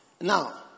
Now